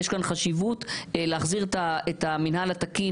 יש כאן חשיבות להחזיר את המינהל התקין